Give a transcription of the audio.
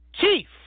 chief